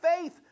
faith